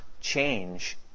change